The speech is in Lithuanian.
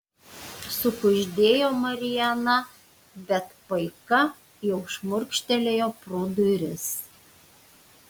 sukuždėjo mariana bet paika jau šmurkštelėjo pro duris